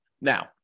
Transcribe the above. Now